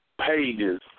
Pages